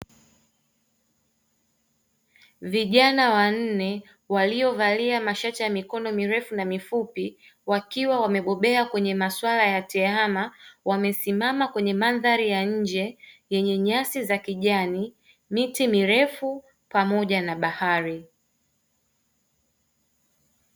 Vijana wanne waliovalia mashati ya mikono mirefu na mifupi, wakiwa wamebobea katika masuala ya TEHAMA, wamesimama kwenye mandhari ya nje yenye nyasi za kijani, miti mirefu pamoja na bahari.